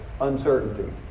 uncertainty